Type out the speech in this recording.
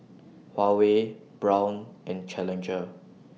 Huawei Braun and Challenger